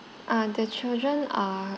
uh the children are